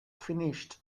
finished